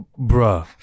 bruh